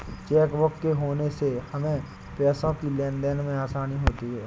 chequebook के होने से हमें पैसों की लेनदेन में आसानी होती हैँ